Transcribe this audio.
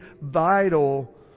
vital